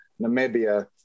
Namibia